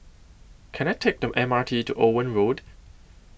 Can I Take The M R T to Owen Road